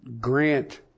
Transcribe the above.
grant